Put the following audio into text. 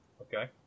Okay